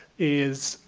is,